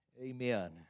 Amen